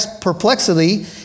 perplexity